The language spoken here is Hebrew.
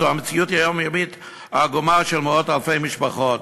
זו המציאות היומיומית העגומה של מאות אלפי משפחות.